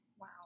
wow